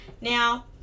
Now